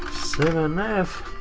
seven f.